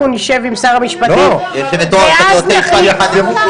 נשב עם שר המשפטים ואז נחליט.